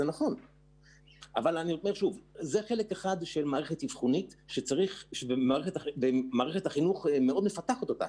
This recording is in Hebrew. זה חלק אחד ממערכת אבחונית שמערכת החינוך מפתחת אותה.